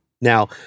Now